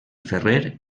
ferrer